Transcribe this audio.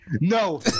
No